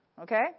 Okay